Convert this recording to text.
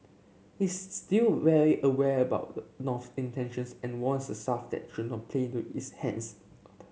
is still wary aware about the North intentions and warns the the should not play to its hands